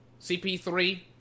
CP3